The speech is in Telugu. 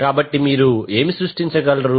కాబట్టి మీరు ఏమి సృష్టించగలరు